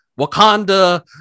Wakanda